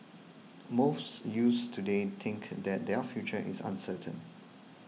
most youths today think that their future is uncertain